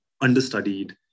understudied